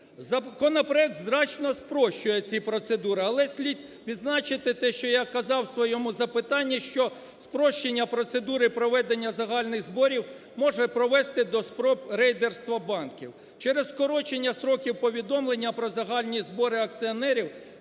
Законопроект значно спрощує ці процедури, але слід відзначити, те, що я казав у своєму запитанні, що спрощення процедури проведення загальних зборів може привести до спроби рейдерства банків. Через скорочення строків повідомлення про загальні збори акціонерів,